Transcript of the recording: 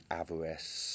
avarice